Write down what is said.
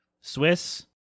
Swiss